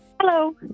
hello